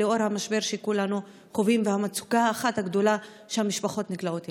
לנוכח המשבר שכולנו חווים והמצוקה האחת הגדולה שהמשפחות נקלעות אליה?